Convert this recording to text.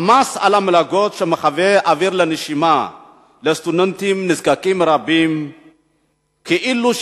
"המס על המלגות שמהוות אוויר לנשימה לסטודנטים נזקקים רבים כאלו,